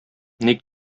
ник